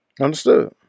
Understood